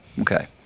Okay